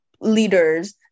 leaders